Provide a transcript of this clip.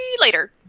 later